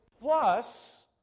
plus